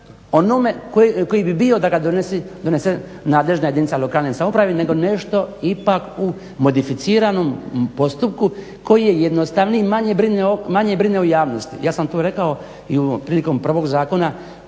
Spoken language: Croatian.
onome koji bi bio da ga donese nadležna jedinica lokalne samouprave nešto ipak u modificiranom postupku koji je jednostavniji, manje brine o javnosti. Ja sam to rekao i prilikom prvog zakona,